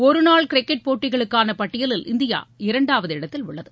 ஒரு நாள் கிரிக்கெட் போட்டிகளுக்கான பட்டியலில் இந்தியா இரண்டாவது இடத்தில் உள்ளது